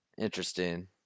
Interesting